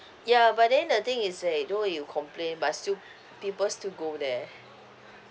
ya but then the thing is like though you complain but still people still go there